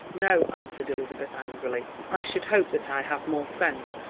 no, answered elizabeth angrily, i should hope that i have more sense,